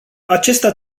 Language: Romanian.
acesta